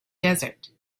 desert